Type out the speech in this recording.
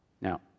Now